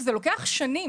זה לוקח שנים,